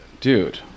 Dude